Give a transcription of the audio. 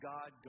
God